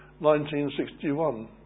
1961